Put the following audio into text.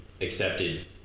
accepted